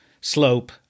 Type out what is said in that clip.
slope